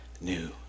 new